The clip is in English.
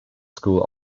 school